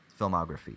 filmography